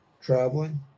traveling